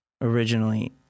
originally